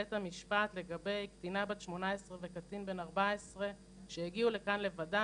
בבית המשפט לגבי קטינה בת 18 וקטין בן 14 שהגיעו לכאן לבדם.